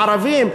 הערבים,